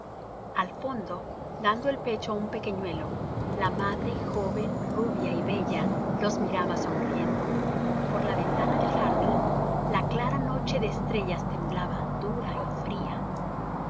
al fondo dando el pecho á un pequeñuelo la madre joven rubia y bella los miraba sonriendo por la ventana del jardín la clara noche de estrellas temblaba dura y fría